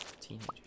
teenagers